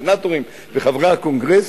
הסנטורים וחברי הקונגרס,